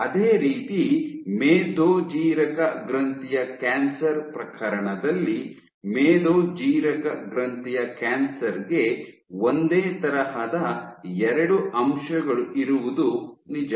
ಅದೇ ರೀತಿ ಮೇದೋಜ್ಜೀರಕ ಗ್ರಂಥಿಯ ಕ್ಯಾನ್ಸರ್ ಪ್ರಕರಣದಲ್ಲಿ ಮೇದೋಜ್ಜೀರಕ ಗ್ರಂಥಿಯ ಕ್ಯಾನ್ಸರ್ ಗೆ ಒಂದೇ ತರಹದ ಎರಡು ಅಂಶಗಳು ಇರುವುದು ನಿಜ